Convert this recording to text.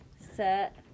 set